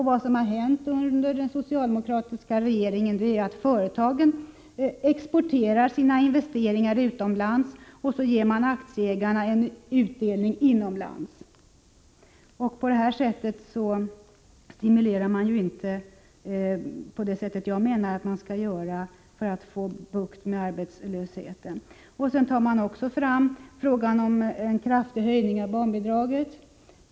Vad som hänt under den socialdemokratiska regeringen är att företagen exporterar sina investeringar till utlandet och ger aktieägarna utdelning inom landet. På det sättet stimulerar man inte så som jag menar att man bör göra för att få bukt med arbetslösheten. Så förs också fram att regeringen beslutat om en kraftig höjning av barnbidraget.